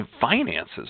finances